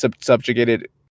subjugated